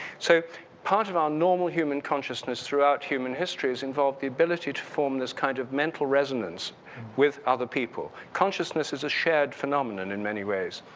so part of our normal human consciousness throughout human histories involve the ability to form this kind of mental resonance with other people. consciousness is a shared phenomenon in many ways.